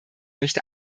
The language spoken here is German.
möchte